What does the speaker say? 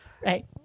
Right